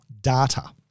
data